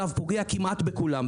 אגב, פוגע כמעט בכולם.